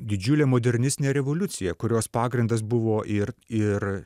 didžiulė modernistinė revoliucija kurios pagrindas buvo ir ir